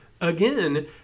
again